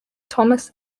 thomas